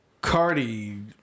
Cardi